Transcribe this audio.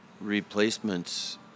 replacements